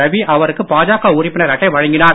ரவி அவருக்கு பாஜக உறுப்பினர் அட்டை வழங்கினார்